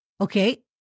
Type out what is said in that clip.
Okay